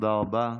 תודה רבה.